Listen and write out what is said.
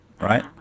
right